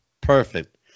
Perfect